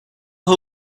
who